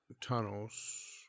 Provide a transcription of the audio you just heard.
tunnels